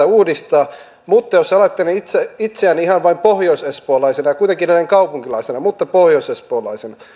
uudistaa mutta jos ajattelen itseäni ihan pohjoisespoolaisena kuitenkin näin kaupunkilaisena mutta pohjoisespoolaisena